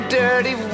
dirty